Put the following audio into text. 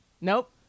Nope